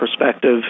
perspective